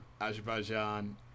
Azerbaijan